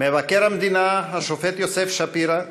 מבקר המדינה השופט יוסף שפירא,